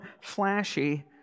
flashy